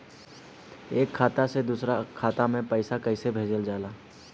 एक खाता से दूसरा खाता में पैसा कइसे भेजल जाला?